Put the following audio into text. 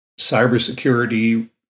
cybersecurity